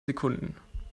sekunden